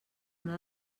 una